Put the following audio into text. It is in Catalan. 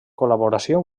col·laboració